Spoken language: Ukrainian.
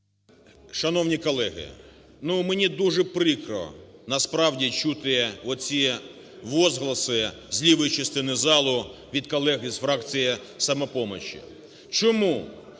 Шановні колеги, ну, мені дуже прикро насправді чути оці возгласи з лівої частини залу від колег із фракції "Самопомочі". Чому?